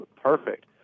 perfect